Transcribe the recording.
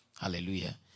hallelujah